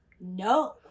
No